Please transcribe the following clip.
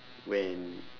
when